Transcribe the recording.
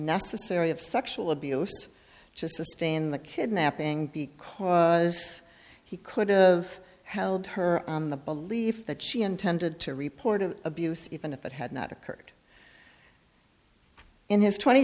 necessary of sexual abuse just a stay in the kidnapping because he could've held her in the belief that she intended to report of abuse even if it had not occurred in his twenty